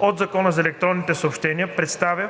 от Закона за електронните съобщения, представя